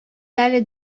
дали